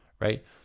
right